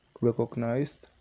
recognized